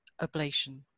ablation